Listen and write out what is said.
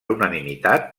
unanimitat